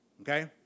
Okay